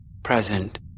Present